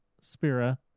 Spira